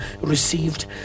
received